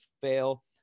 fail